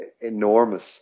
enormous